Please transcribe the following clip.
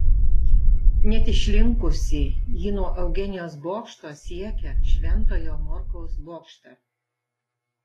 net išlinkusi ji nuo eugenijaus bokšto siekia šventojo morkaus bokštą